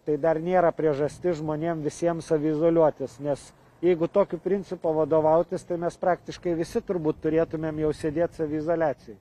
tai dar nėra priežastis žmonėm visiems izoliuotis nes jeigu tokiu principu vadovautis tai mes praktiškai visi turbūt turėtumėm jau sėdėt saviizoliacijoj